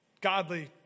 godly